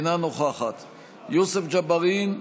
אינה נוכחת יוסף ג'בארין,